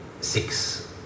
six